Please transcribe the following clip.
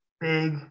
big